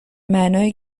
معنای